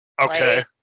Okay